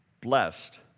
blessed